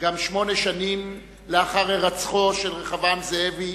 גם שמונה שנים לאחר הירצחו של רחבעם זאבי,